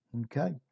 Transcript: Okay